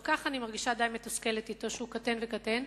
שגם ככה אני מרגישה די מתוסכלת שהוא קטן וקטן,